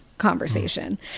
conversation